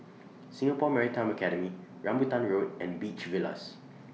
Singapore Maritime Academy Rambutan Road and Beach Villas